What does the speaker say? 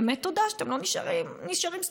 באמת תודה שאתם לא נשארים סטטיים,